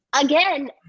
Again